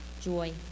joy